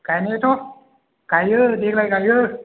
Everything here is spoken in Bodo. गाइनायाथ' गाइयो देग्लाय गाइयो